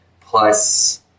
plus